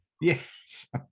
Yes